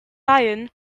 ryan